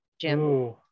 Jim